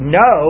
no